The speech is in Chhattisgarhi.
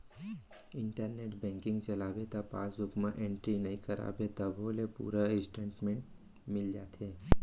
इंटरनेट बेंकिंग चलाबे त पासबूक म एंटरी नइ कराबे तभो ले पूरा इस्टेटमेंट मिल जाथे